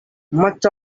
much